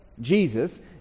Jesus